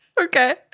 Okay